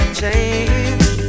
change